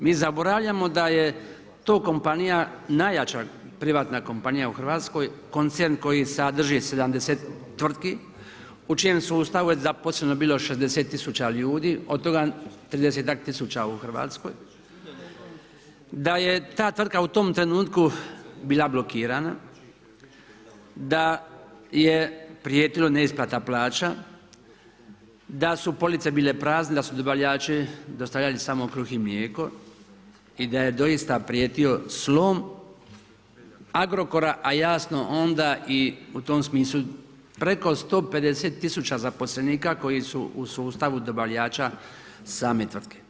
Mi zaboravljamo da je to kompanija najjača privatna kompanija u Hrvatskoj, koncern koji sadrži 70 tvrtki u čijem sustavu je zaposleno bilo 60 tisuća ljudi, od toga 30-ak tisuća u Hrvatskoj, da je ta tvrtka u tom trenutku bila blokirana, da je prijetila neisplata plaća, da su police bile prazne, da su dobavljači dostavljali samo kruh i mlijeko i da je doista prijetio slom Agrokora a jasno onda u tom smislu i preko 150 tisuća zaposlenika koji su u sustavu dobavljača same tvrtke.